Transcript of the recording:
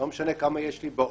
לא משנה כמה יש לי בעו"ש,